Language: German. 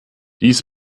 dies